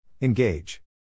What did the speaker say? Engage